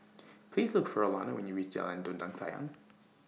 Please Look For Alanna when YOU REACH Jalan Dondang Sayang